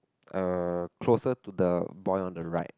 uh closer to the boy on the right